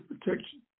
protection